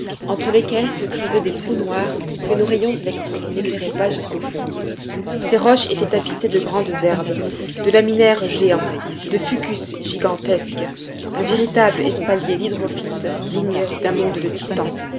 entre lesquels se creusaient des trous noirs que nos rayons électriques n'éclairaient pas jusqu'au fond ces roches étaient tapissés de grandes herbes de laminaires géants de fucus gigantesques un véritable espalier d'hydrophytes digne d'un monde de titans